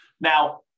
Now